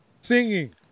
singing